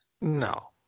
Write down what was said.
No